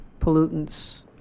pollutants